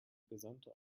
gesamte